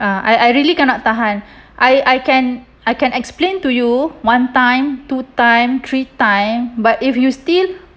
uh I really cannot tahan I I can I can explain to you one time two time three time but if you still